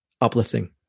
Uplifting